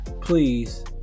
Please